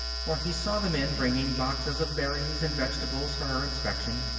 for he saw the men bringing boxes of berries and vegetables for her inspection.